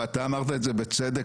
ואתה אמרת את זה בצדק,